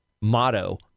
motto